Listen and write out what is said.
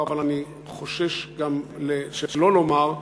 אבל אני חושש גם שלא לומר,